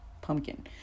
pumpkin